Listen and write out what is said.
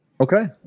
Okay